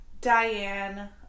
diane